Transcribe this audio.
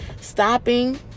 stopping